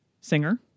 singer